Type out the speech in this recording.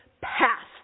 passed